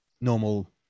normal